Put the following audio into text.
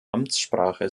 amtssprache